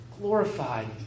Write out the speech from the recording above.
glorified